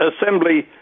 Assembly